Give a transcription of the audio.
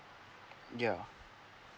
yeah